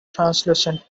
translucent